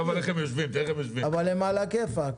אבל הם על הכיפאק.